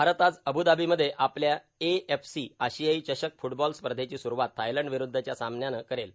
भारत आज अब्धाबीमध्ये आपल्या एएफसी आशियाई चषक फुटबॉल स्पर्धेची सुरूवात थायलंडविरुद्वच्या सामन्यानं करेल